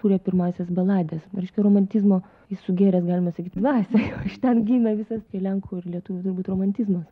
kūrė pirmąsias balades reiškia romantizmo jis sugėrė galima sakyt dvasią o iš ten gimė visas lenkų ir lietuvių turbūt romantizmas